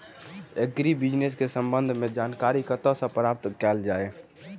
Agri business केँ संबंध मे जानकारी कतह सऽ प्राप्त कैल जाए?